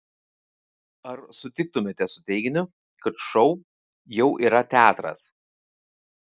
ar sutiktumėte su teiginiu kad šou jau yra teatras